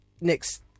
next